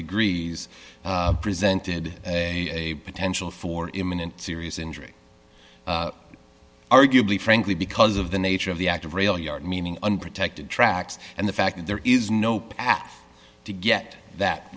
degrees presented a potential for imminent serious injury arguably frankly because of the nature of the act of railyard meaning unprotected tracks and the fact that there is no path to get that